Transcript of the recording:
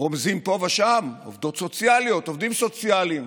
רומזים פה ושם עובדות סוציאליות ועובדים סוציאליים: